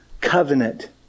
covenant